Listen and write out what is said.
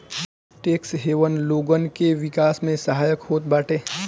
tax haven लोगन के विकास में सहायक होत बाटे